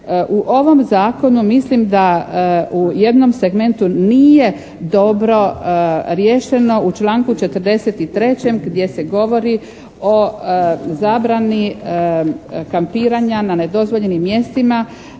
U ovom zakonu mislim da u jednom segmentu nije dobro riješeno u članku 43. gdje se govori o zabrani kampiranja na nedozvoljenim mjestima